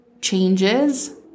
changes